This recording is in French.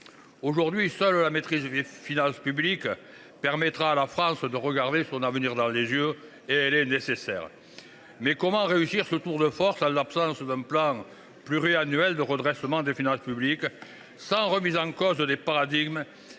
Aujourd’hui, seule la nécessaire maîtrise des finances publiques permettra à la France de regarder son avenir dans les yeux. Mais comment réussir ce tour de force en l’absence d’un plan pluriannuel de redressement des finances publiques, sans remise en cause des paradigmes